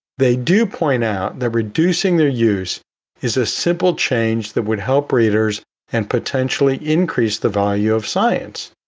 they do point out that reducing their use is a simple change that would help readers and potentially increase the value of science.